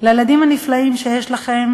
לילדים הנפלאים שיש לכם.